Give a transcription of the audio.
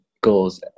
goals